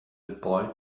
boy